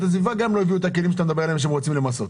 לא הביאו את הכלים שהם רוצים למסות.